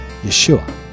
Yeshua